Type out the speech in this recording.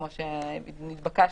כמו שנתבקשנו.